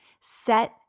Set